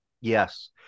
yes